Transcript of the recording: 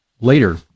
later